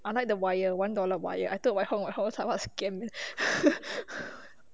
unlike the wire one dollar wire I told my home my home was like what scams